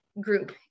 group